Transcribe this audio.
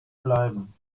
bleiben